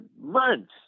months